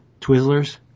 Twizzlers